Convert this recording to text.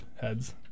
heads